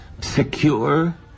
secure